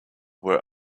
were